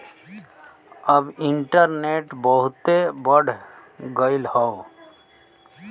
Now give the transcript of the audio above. अब इन्टरनेट बहुते बढ़ गयल हौ